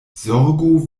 zorgu